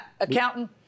accountant